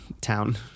town